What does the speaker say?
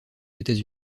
états